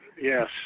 Yes